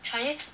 chinese